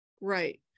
Right